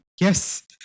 Yes